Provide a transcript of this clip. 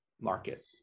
market